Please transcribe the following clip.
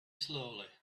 slowly